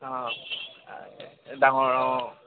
অঁ ডাঙৰ অঁ